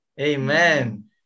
Amen